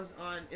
on